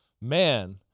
Man